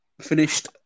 Finished